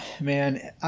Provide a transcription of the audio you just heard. man